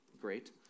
Great